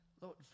Lord